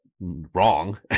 wrong